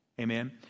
Amen